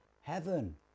heaven